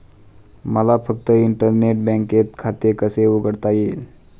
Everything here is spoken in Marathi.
मला फक्त इंटरनेट बँकेत खाते कसे उघडता येईल?